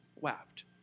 wept